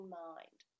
mind